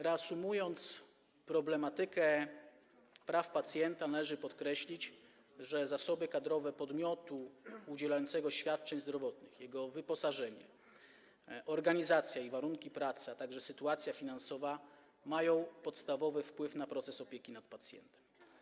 Reasumując problematykę praw pacjenta, należy podkreślić, że zasoby kadrowe podmiotu udzielającego świadczeń zdrowotnych, jego wyposażenie, organizacja i warunki pracy, a także sytuacja finansowa mają podstawowy wpływ na proces opieki nad pacjentem.